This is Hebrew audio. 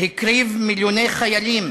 שהקריב מיליוני חיילים